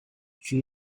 she